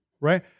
Right